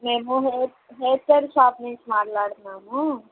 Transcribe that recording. మేము hair hair style shop నుంచి మాట్లాడుతున్నాము